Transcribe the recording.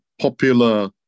popular